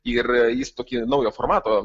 ir jis tokį naują formatą